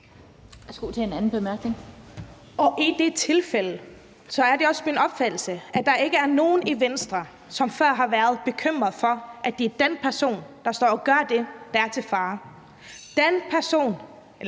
I det tilfælde er det også min opfattelse, at der ikke er nogen i Venstre, som før har været bekymret for, at det er den person, der står og gør det, der er til fare.